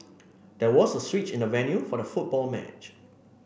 there was a switch in the venue for the football match